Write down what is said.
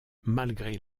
malgré